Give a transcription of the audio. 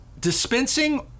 dispensing